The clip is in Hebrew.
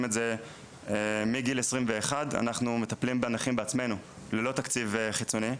את זה מגיל 21. אנחנו מטפלים בנכים בעצמנו ללא תקציב חיצוני.